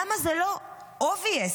למה זה לא ברור מאליו?